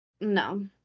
no